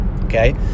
okay